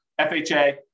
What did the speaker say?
FHA